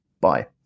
Bye